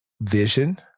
Vision